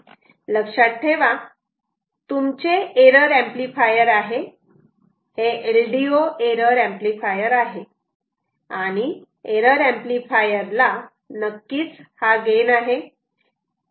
लक्षात ठेवा तुमचे एरर ऍम्प्लिफायर आहे हे LDO एरर ऍम्प्लिफायरआहे आणि एरर ऍम्प्लिफायरला नक्कीच गेन आहे